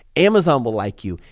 amazon will like you,